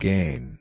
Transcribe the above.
Gain